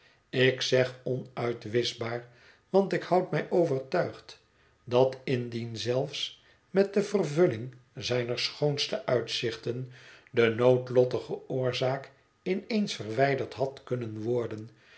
ik zeg onuitwischbaar want ik houd mij overtuigd dat indien zelfs met de vervulling zijner schoonste uitzichten de noodlottige oorzaak in eens verwijderd had kunnen worden